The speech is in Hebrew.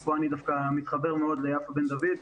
פה אני דווקא מתחבר מאוד ליפה בן דוד,